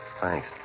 Thanks